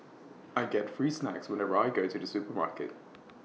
I get free snacks whenever I go to the supermarket